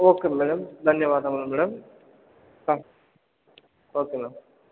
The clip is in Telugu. ఓకే మేడం ధన్యవాదములు మేడం ఓకే మేడం